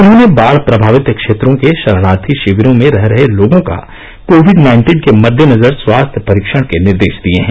उन्होंने बाढ प्रभावित क्षेत्रों के शरणार्थी शिविरों में रह रहे लोगों का कोविड नाइन्टीन के मदेनजर स्वास्थ्य परीक्षण के निर्देश दिए हैं